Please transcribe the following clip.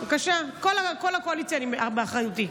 בבקשה, כל הקואליציה באחריותי.